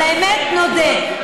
על האמת נודה.